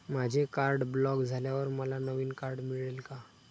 माझे card block झाल्यावर मला नवीन कार्ड मिळेल का?